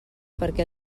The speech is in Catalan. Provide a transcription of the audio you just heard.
perquè